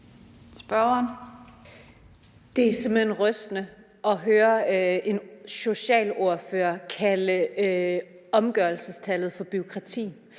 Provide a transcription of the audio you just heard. Det er simpelt hen rystende at høre en socialordfører kalde omgørelsestallet for bureaukrati.